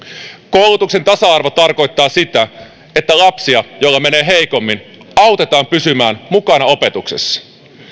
koulutuksen tasa arvo tarkoittaa sitä että lapsia joilla menee heikommin autetaan pysymään mukana opetuksessa